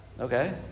Okay